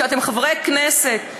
כשאתם חברי כנסת.